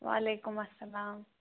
وعلیکُم اسلام